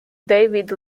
david